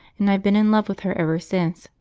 and i've been in love with her ever since,